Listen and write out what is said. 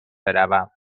بروم